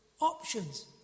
options